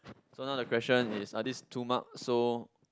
so now the question is are these two mark so